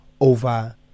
over